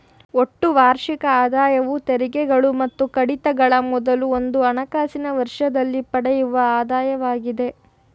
ಒಟ್ಟು ವಾರ್ಷಿಕ ಆದಾಯವು ತೆರಿಗೆಗಳು ಮತ್ತು ಕಡಿತಗಳ ಮೊದಲು ಒಂದು ಹಣಕಾಸಿನ ವರ್ಷದಲ್ಲಿ ಪಡೆಯುವ ಆದಾಯವಾಗಿದೆ